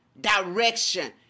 direction